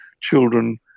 children